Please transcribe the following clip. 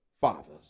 fathers